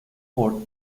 por